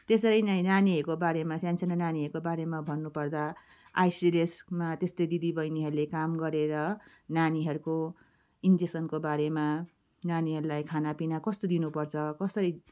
त्यसरी नै नानीहरूको बारेमा सानो सानो नानीहरूको बारेमा भन्नु पर्दा आइसीडीएसमा त्यस्तै दिदी बहिनीहरूले काम गरेर नानीहरूको इन्जेक्सनको बारेमा नानीहरूलाई खानापिना कस्तो दिनु पर्छ कसरी